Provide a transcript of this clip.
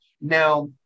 Now